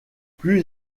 plus